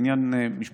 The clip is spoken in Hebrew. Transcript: זה עניין משפטי.